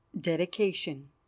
Dedication